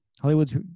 Hollywood's